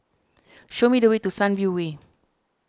show me the way to Sunview Way